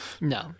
no